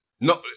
No